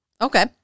Okay